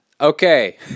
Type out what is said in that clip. Okay